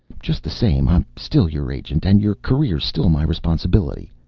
just the same, i'm still your agent, and your career's still my responsibility.